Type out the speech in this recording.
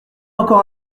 encore